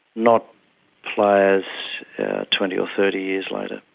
not players twenty or thirty years later.